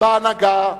בהנהגה,